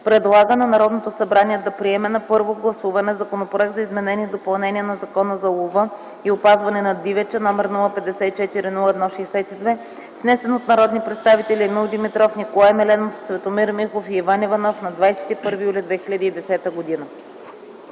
предлага на Народното събрание да приеме на първо гласуване Законопроект за изменение и допълнение на Закона за лова и опазване на дивеча, № 054-01-62, внесен от народните представители Емил Димитров, Николай Мелемов, Цветомир Михов и Иван Иванов на 21 юли 2010